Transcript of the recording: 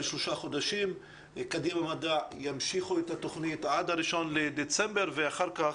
שלושה חודשים וקדימה מדע ימשיכו את התוכנית עד ה-1 בדצמבר ואחר כך